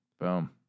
Boom